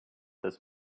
this